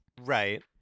Right